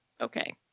Okay